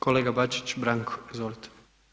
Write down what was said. Kolega Bačić Branko, izvolite.